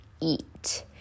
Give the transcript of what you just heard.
eat